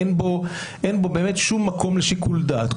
אין בו שום מקום לשיקול דעת.